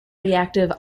reactive